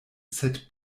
sed